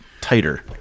tighter